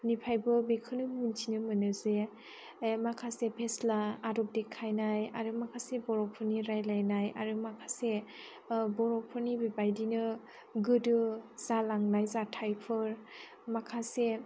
निफ्रायबो बेखौनो मिन्थिनो मोनो जे माखासे फेस्ला आदब देखायनाय आरो माखासे बर'फोरनि रायलायनाय आरो माखासे बर'फोरनि बेबायदिनो गोदो जालांनाय जाथायफोर माखासे